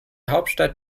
hauptstadt